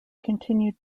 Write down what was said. continued